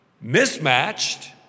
mismatched